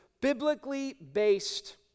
biblically-based